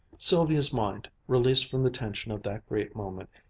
sylvia's mind, released from the tension of that great moment,